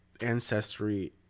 ancestry